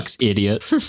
idiot